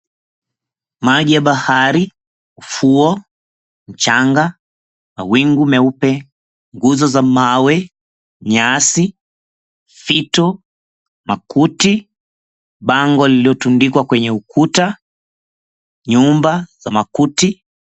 Maji ya bahari, ufuo, mchanga, mawingu meupe , nguzo za mawe, nyasi , fito, makuti, bango lililotundikwa kwenye ukuta, nyumba za makuti.